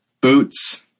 boots